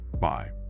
Bye